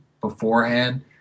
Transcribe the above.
beforehand